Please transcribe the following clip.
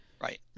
right